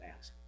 ask